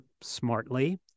smartly